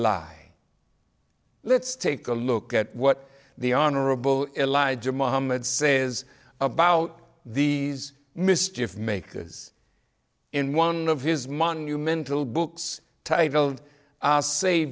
lie let's take a look at what the honorable elijah muhammad says about these mischief makers in one of his monumental books